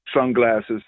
sunglasses